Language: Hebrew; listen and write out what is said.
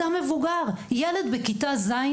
ילד בכיתה ז',